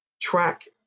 track